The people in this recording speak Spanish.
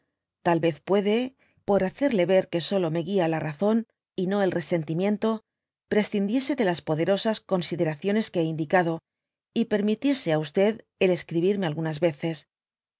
tal yez puede por hacerle ver que solo me guia la razón y no el resentimiento prescindiese de las poderosas consideraciones que hé indicado y permitiese á el escribirme algunas veces